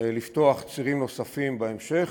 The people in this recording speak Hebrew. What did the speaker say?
לפתוח צירים נוספים בהמשך,